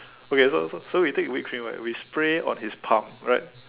okay so so so we take whipped cream right we spray on his palm right